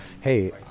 Hey